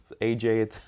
AJ